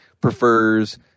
prefers